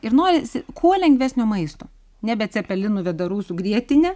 ir norisi kuo lengvesnio maisto nebe cepelinų vėdarų su grietine